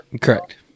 Correct